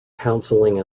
counseling